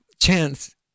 Chance